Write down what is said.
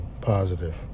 positive